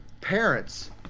parents